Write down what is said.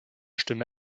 stimme